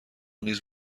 نیز